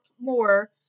more